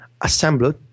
assembled